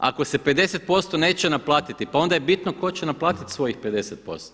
Ako se 50% neće naplatiti, pa onda je bitno tko će naplatiti svojih 50%